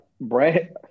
Brad